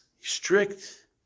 strict